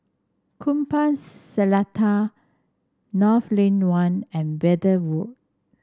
Kupang Seletar North Lane One and Verde Walk